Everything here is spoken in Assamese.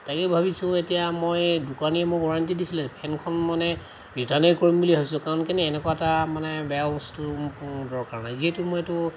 তাকে ভাবিছোঁ এতিয়া মই দোকানীয়ে মোক ৱাৰেণ্টি দিছিলে ফেনখন মানে ৰিটাৰ্ণে কৰিম বুলি ভাবিছোঁ কাৰণ কেলৈ এনেকুৱা এটা মানে বেয়া বস্তু দৰকাৰ নাই যিহেতু মই এইটো